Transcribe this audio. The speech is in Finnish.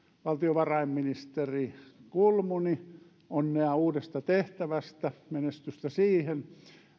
valtiovarainministeri kulmuni onnea uudesta tehtävästä menestystä siihen